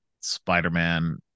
Spider-Man